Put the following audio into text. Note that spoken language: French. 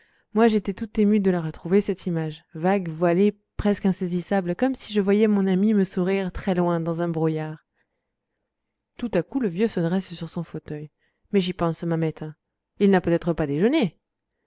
moi j'étais tout ému de la retrouver cette image vague voilée presque insaisissable comme si je voyais mon ami me sourire très loin dans un brouillard tout à coup le vieux se dresse sur son fauteuil mais j'y pense mamette il n'a peut-être pas déjeuné